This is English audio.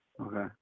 Okay